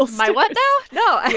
my what now? no. and